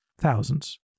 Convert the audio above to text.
Thousands